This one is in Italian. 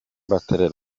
battere